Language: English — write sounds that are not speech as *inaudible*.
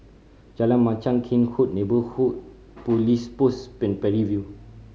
Jalan Machang Cairnhill Neighbourhood Police Post *unintelligible* Parry View